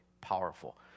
Powerful